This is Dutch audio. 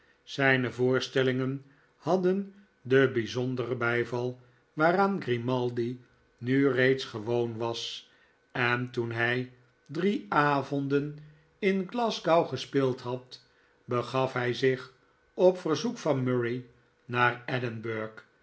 zijne voorstellingen hadden den bijzonderen bijval waaraan grimaldi nu reeds gewoon was en toen hij drie avonden in glasgow gespeeld had begaf hij zich op verzoek van murray naar